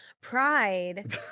pride